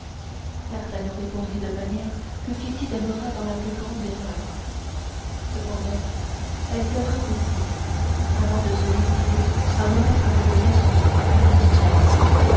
d'artagnan répondit de manière que ketty demeurât dans la plus grande erreur cependant elle pleura beaucoup avant de se décider à remettre cette lettre à milady mais